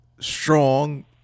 strong